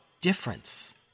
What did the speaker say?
difference